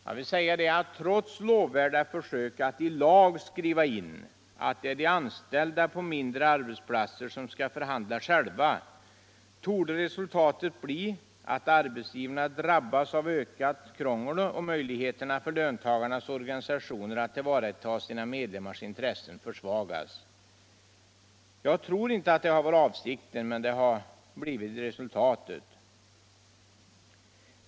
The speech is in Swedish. Jag vill säga att trots lovvärda försök att i lag skriva in att det är de anställda på mindre arbetsplatser som skall förhandla själva torde resultatet bli att arbetsgivarna drabbas av ökat krångel och möjligheterna för löntagarnas organisationer att tillvarata sina medlemmars intressen försvagas. Jag tror inte att det har varit avsikten, men det har blivit resultatet.